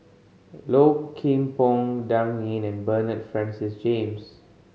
Low Kim Pong Dan Ying and Bernard Francis James